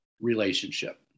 relationship